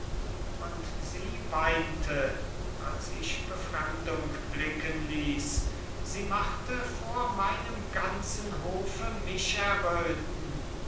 und sie weinte als ich befremdung blicken ließ sie machte vor meinem ganzen hofe mich erröten